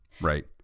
Right